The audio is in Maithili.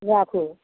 राखू